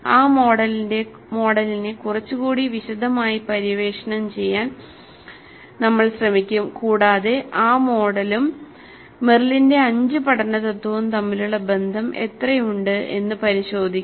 ആ മോഡലിനെ കുറച്ചുകൂടി വിശദമായി പര്യവേക്ഷണം ചെയ്യാൻ നമ്മൾ ശ്രമിക്കും കൂടാതെ ആ മോഡലും മെറിലിന്റെ അഞ്ച് പഠന തത്വവും തമ്മിലുള്ള ബന്ധം എത്രയുണ്ട് എന്ന് പരിശോധിക്കും